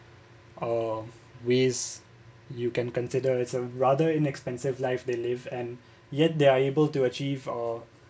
uh ways you can consider is a rather inexpensive life they live and yet they are able to achieve uh